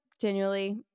genuinely